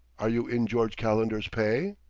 are you in george calendar's pay?